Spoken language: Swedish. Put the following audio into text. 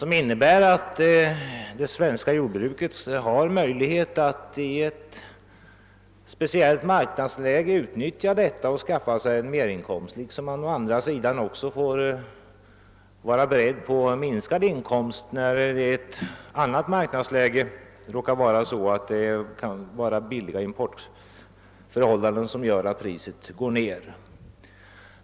Man skulle inom det svenska jordbruket ha möjlighet att i ett speciellt marknadsläge utnyttja detta och skaffa sig merinkomster, liksom man å andra sidan fick vara beredd på minskade inkomster i ett annat marknadsläge, där priserna sjunker på grund av fördelaktiga importförhållanden.